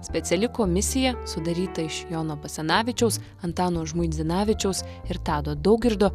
speciali komisija sudaryta iš jono basanavičiaus antano žmuidzinavičiaus ir tado daugirdo